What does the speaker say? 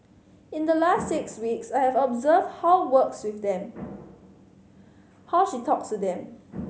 in the last six weeks I have observed how works with them how she talks to them